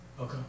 Okay